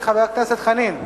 חבר הכנסת חנין,